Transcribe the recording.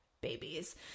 babies